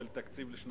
של תקציב לשנתיים,